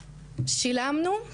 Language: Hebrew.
שילמנו,